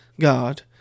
God